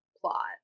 plot